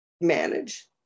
manage